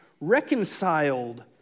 reconciled